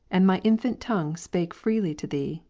and my infant tongue spake freely to thee,